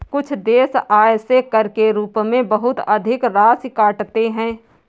कुछ देश आय से कर के रूप में बहुत अधिक राशि काटते हैं